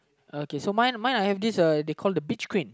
okay so mine my I have this uh they called the beach cream